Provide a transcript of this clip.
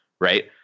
right